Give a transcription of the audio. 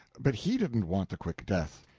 but he didn't want the quick death.